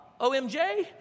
omj